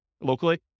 locally